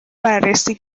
بررسی